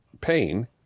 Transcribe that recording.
pain